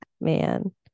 man